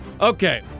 Okay